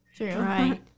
right